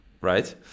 right